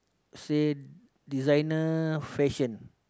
say designer fashion